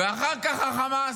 ואחר כך החמאס.